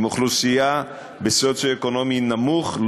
עם אוכלוסייה במצב סוציו-אקונומי נמוך,